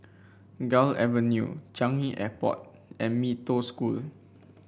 Gul Avenue Changi Airport and Mee Toh School